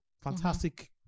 fantastic